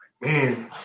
man